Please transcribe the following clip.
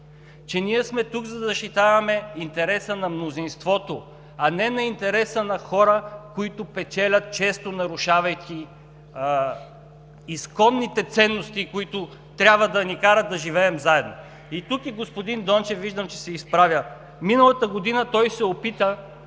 че ние сме тук, за да защитаваме интереса на мнозинството, а не интереса на хората, които печелят, често нарушавайки изконните ценности, които трябва да ни карат да живеем заедно. Виждам, че господин Дончев се изправя. Миналата година той се опита